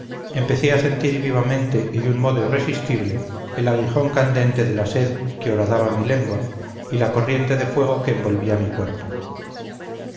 empecé a sentir vivamente y de un modo irresistible el aguijón candente de la sed que horadaba mi lengua y la corriente de fuego que envolvía mi cuerpo